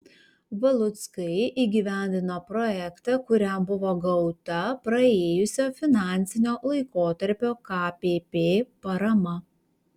valuckai įgyvendino projektą kuriam buvo gauta praėjusio finansinio laikotarpio kpp parama